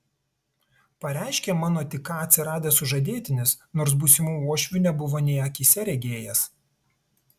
pareiškė mano tik ką atsiradęs sužadėtinis nors būsimų uošvių nebuvo nė akyse regėjęs